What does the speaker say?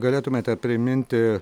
galėtumėte priminti